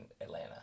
Atlanta